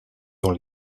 dans